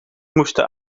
moesten